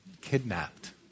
Kidnapped